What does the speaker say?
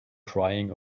crying